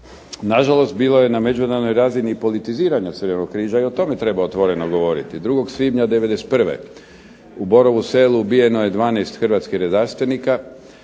Nažalost bilo je na međunarodnoj razini i politiziranja Crvenog križa i o tome treba otvoreno govoriti. 2. svibnja '91. u Borovu selu ubijeno je 12 hrvatskih redarstvenika,